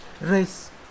race